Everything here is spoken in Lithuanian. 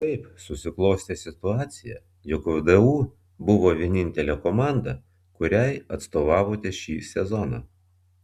kaip susiklostė situacija jog vdu buvo vienintelė komanda kuriai atstovavote šį sezoną